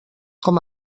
com